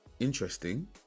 interesting